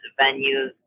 venues